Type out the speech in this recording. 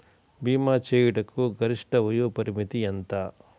భీమా చేయుటకు గరిష్ట వయోపరిమితి ఎంత?